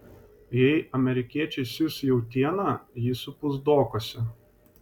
jei amerikiečiai siųs jautieną ji supus dokuose